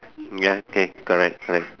ya okay correct correct